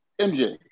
MJ